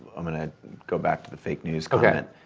i'm gonna go back to the fake news comment.